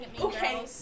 Okay